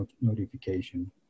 notification